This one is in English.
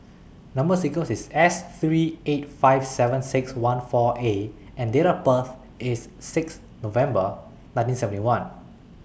Number sequence IS S three eight five seven six one four A and Date of birth IS six November nineteen seventy one